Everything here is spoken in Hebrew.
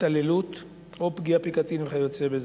התעללות או פגיעה בקטין וכיו"ב.